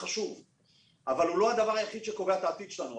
אבל הוא לא הדבר היחיד שקובע את העתיד שלנו,